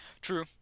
true